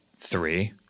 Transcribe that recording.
Three